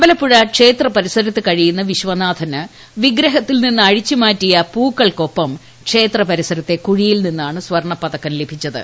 അമ്പലപ്പുഴ ക്ഷേത്ര പരിസരത്ത് കഴിയുന്ന് വിശ്വനാഥന് വിഗ്രഹത്തിൽ നിന്ന് അഴിച്ചുമാറ്റിയ പൂക്കൾക്കൊപ്പം ക്ഷേത്ര പരിസരത്തെ കുഴിയിൽ നിന്നാണ് സ്വർണ്ണ പതക്കം ലഭിച്ചത്